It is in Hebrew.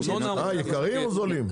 יקרים או זולים?